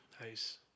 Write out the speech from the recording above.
Nice